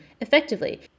effectively